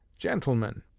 gentlemen,